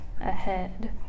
ahead